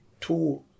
two